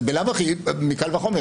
בלאו הכי מקל וחומר,